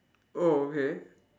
oh okay